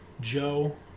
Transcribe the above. joe